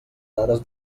dades